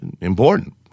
important